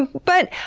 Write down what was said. but,